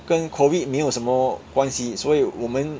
跟 COVID 没有什么关系所以我们